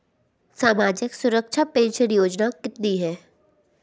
सामाजिक सुरक्षा पेंशन योजना कितनी हैं?